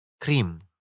Cream